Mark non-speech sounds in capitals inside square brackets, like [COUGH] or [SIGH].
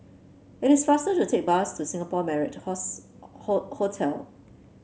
it is faster to take bus to Singapore Marriott [UNINTELLIGIBLE] Hotel